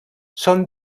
són